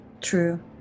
True